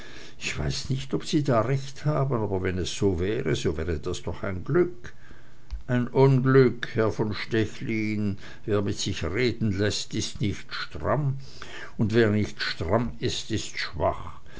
ich weiß nicht ob sie da recht haben aber wenn es so wäre so wäre das doch ein glück ein unglück herr von stechlin wer mit sich reden läßt ist nicht stramm und wer nicht stramm ist ist schwach